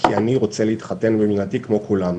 כי אני רוצה להתחתן במדינתי כמו כולם.